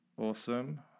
awesome